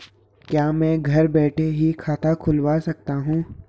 क्या मैं घर बैठे ही खाता खुलवा सकता हूँ?